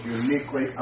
uniquely